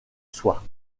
soie